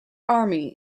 army